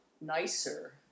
nicer